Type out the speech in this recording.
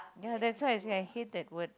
ya that's why I say I hate that word